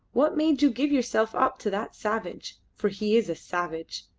what made you give yourself up to that savage? for he is a savage.